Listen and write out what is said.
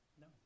No